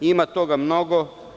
Ima toga mnogo.